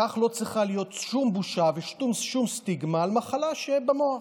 כך לא צריכה להיות שום בושה ושום סטיגמה במחלה שיש במוח.